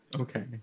Okay